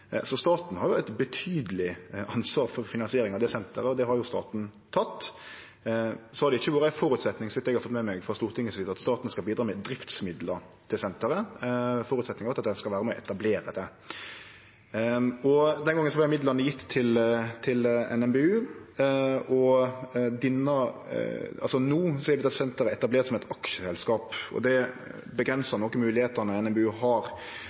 Staten har eit betydeleg ansvar for finansiering av det senteret, og det har staten teke. Det har ikkje vore ein føresetnad, så vidt eg har fått med meg, frå Stortinget at staten skal bidra med driftsmidlar til senteret. Føresetnaden har vore at ein skal vere med og etablere det. Den gongen vart midlane gjeve til NMBU. No er senteret etablert som eit aksjeselskap. Det avgrensar i nokon grad moglegheitene NMBU har